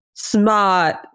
smart